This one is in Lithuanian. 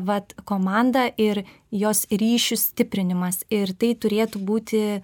vat komanda ir jos ryšių stiprinimas ir tai turėtų būti